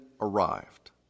arrived